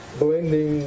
blending